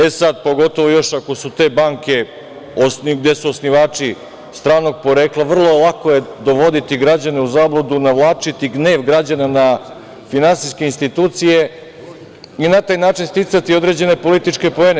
E sad, pogotovo još ako su te banke gde su osnivači stranog porekla, vrlo lako je dovoditi građane u zabludu, navlačiti gnev građana na finansijske institucije i na taj način sticati određene političke poene.